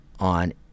On